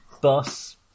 ...bus